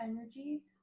energy